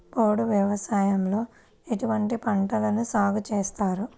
పోడు వ్యవసాయంలో ఎటువంటి పంటలను సాగుచేస్తారు?